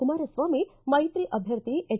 ಕುಮಾರಸ್ವಾಮಿ ಮೈತ್ರಿ ಅಧ್ಯರ್ಥಿ ಎಚ್